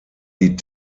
die